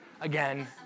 Again